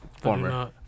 Former